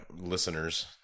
listeners